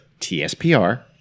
TSPR